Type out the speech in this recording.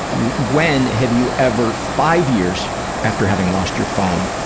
when have you ever, five years after having lost your phone,